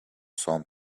some